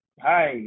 Hi